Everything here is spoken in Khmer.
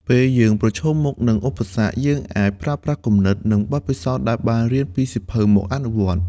ពេលយើងប្រឈមមុខនឹងឧបសគ្គ យើងអាចប្រើប្រាស់គំនិត និងបទពិសោធន៍ដែលបានរៀនពីសៀវភៅមកអនុវត្ត។